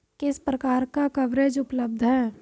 किस प्रकार का कवरेज उपलब्ध है?